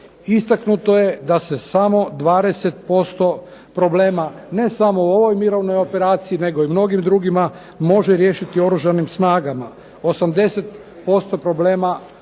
Istaknuto je da se samo 20% problema ne samo u ovoj mirovnoj operaciji nego i mnogim drugima može riješiti oružanim snagama. 80% problema